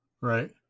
Right